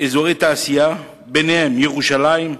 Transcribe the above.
אזורי תעשייה, ובהם ירושלים,